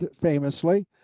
famously